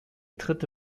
dritte